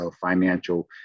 financial